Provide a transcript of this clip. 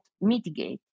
mitigate